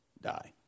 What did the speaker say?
die